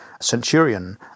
centurion